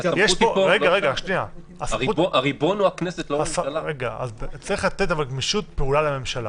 אבל הריבון הוא הכנסת, לא הממשלה.